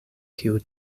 kiu